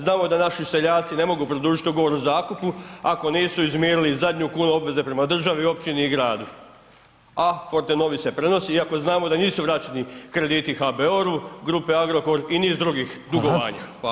Znamo da naši seljaci ne mogu produžiti ugovor o zakupu ako nisu izmirili zadnju kunu obveze prema državi, općini i gradu a Forte Novi se prenosi iako znamo da nisu vraćeni krediti HBOR-u, grupi Agrokor i niz drugih dugovanja, hvala.